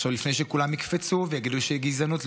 לפני שכולם יקפצו ויגידו שזאת גזענות,